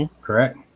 Correct